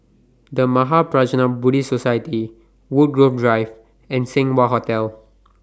The Mahaprajna Buddhist Society Woodgrove Drive and Seng Wah Hotel